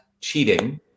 cheating